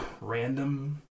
random